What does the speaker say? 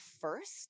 first